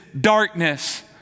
darkness